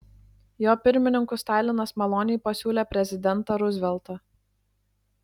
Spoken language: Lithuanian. jo pirmininku stalinas maloniai pasiūlė prezidentą ruzveltą